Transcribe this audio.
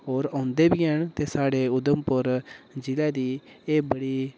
होर औंदे बी हैन ते स्हाडे़ उधमपुर जि'ले दी एह् बड़ी